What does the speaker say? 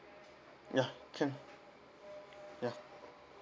ya can ya